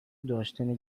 داشتن